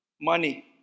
Money